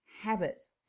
habits